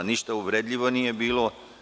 Ništa uvredljivo nije bilo.